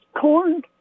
corn